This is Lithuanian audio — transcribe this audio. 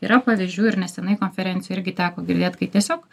yra pavyzdžių ir nesenai konferencijoj irgi teko girdėt kai tiesiog